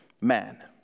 man